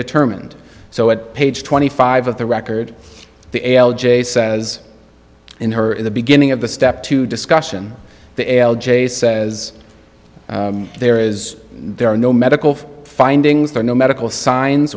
determined so at page twenty five of the record the a l j says in her in the beginning of the step to discussion the l j says there is there are no medical findings there no medical signs